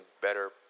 better